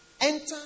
Enter